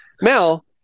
Mel